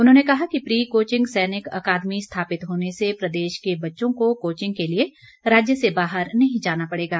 उन्होंने कहा कि प्री कोचिंग सैनिक अकादमी स्थापित होने से प्रदेश के बच्चों को कोचिंग के लिए राज्य से बाहर नहीं जाना पड़ेगा